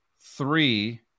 three –